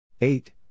eight